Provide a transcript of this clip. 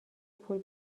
پول